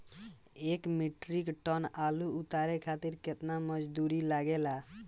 एक metric ton आलू उतारे खातिर केतना मजदूरी लागेला?